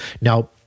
Now